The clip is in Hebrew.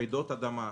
רעידות אדמה,